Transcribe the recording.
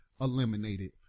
eliminated